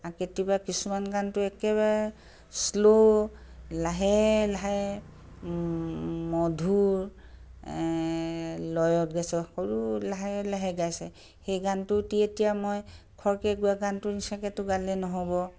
আৰু কেতিয়াবা কিছুমান গানটো একেবাৰে স্লো লাহে লাহে মধুৰ লয়ত গাইছে সৰু লাহে লাহে গাইছে সেই গানটো এতিয়া মই খৰকৈ গোৱা গানটোৰ নিচিনাকেতো গালে নহ'ব